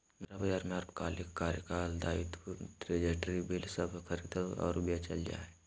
मुद्रा बाजार में अल्पकालिक कार्यकाल दायित्व ट्रेज़री बिल सब खरीदल और बेचल जा हइ